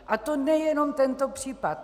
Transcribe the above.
A to nejenom tento případ.